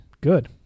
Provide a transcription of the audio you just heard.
Good